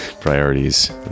Priorities